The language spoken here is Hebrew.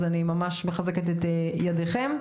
אז אני ממש מחזקת את ידיכם,